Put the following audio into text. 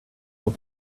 for